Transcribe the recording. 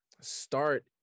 start